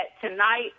tonight